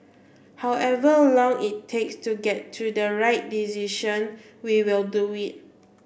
however long it takes to get to the right decision we will do it